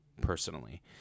personally